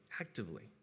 actively